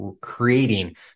creating